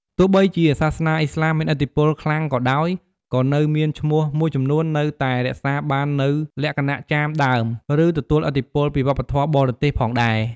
ទោះបីជាសាសនាឥស្លាមមានឥទ្ធិពលខ្លាំងក៏ដោយ ក៏នៅមានឈ្មោះមួយចំនួននៅតែរក្សាបាននូវលក្ខណៈចាមដើម ឬទទួលឥទ្ធិពលពីវប្បធម៌បរទេសផងដែរ។